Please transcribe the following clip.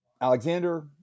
Alexander